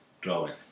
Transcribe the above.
drawing